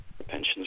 pensions